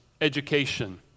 education